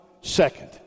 second